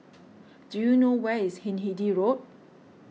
do you know where is Hindhede Road